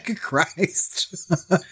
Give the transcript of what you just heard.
Christ